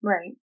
Right